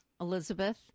elizabeth